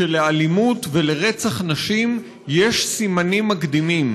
שלאלימות ולרצח נשים יש סימנים מקדימים,